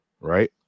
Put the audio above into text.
right